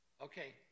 Okay